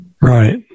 Right